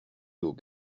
nos